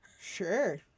Sure